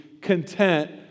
content